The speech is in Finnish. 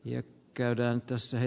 ja käydään tässä